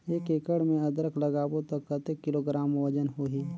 एक एकड़ मे अदरक लगाबो त कतेक किलोग्राम वजन होही?